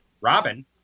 Robin